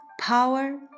power